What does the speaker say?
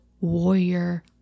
warrior